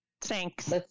Thanks